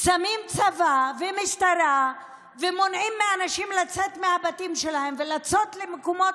שמים צבא ומשטרה ומונעים מאנשים לצאת מהבתים שלהם ולצאת למקומות